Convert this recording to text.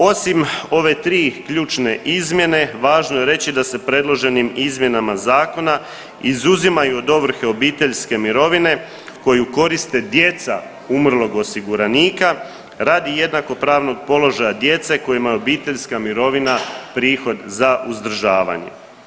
Osim ove tri ključne izmjene važno je reći da se predloženim izmjenama zakona izuzimaju iz ovrhe obiteljske mirovine koju koriste djeca umrlog osiguranika radi jednakopravnog položaja djece kojima je obiteljska mirovina prihod za uzdržavanje.